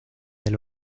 del